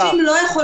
אתם כל כך